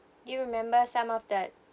do you remember some of that